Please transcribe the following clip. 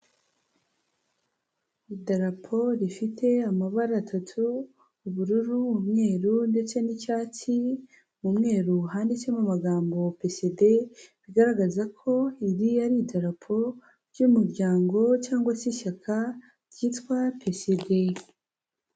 Idarapo rifite amabara atatu ubururu, umweru ndetse n'icyatsi, mu mweru handitsemo amagambo PSD bigaragaza ko iri ari idarapo ry'umuryango cyangwa se ishyaka ryitwa PSD.